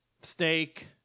steak